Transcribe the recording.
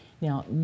Now